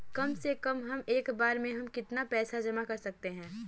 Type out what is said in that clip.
कम से कम एक बार में हम कितना पैसा जमा कर सकते हैं?